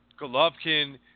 Golovkin